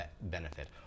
benefit